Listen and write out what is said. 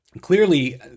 Clearly